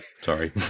sorry